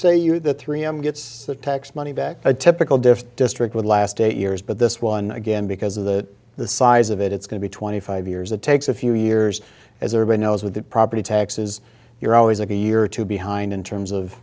say you the three m gets the tax money back a typical diff district with last eight years but this one again because of that the size of it it's going to twenty five years it takes a few years as everybody knows with that property taxes you're always a year or two behind in terms of